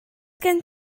gen